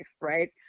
right